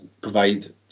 provide